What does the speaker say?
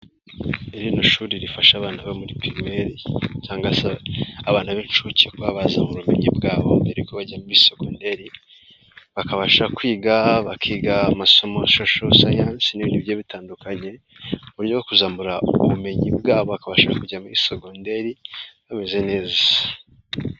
Irindi shuri rifasha abana bo muri primaire cyangwa se abana b'incuke, kuba bazamura ubumenyi bwabo mbere yuko bajya muri secondary, bakabasha kwiga bakiga amasomo social sayanse n'ibindi bigiye bitandukanye, muburyo bwo kuzamura ubumenyi bwabo bakabasha kujya muri secondary bameze neza.